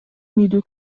middle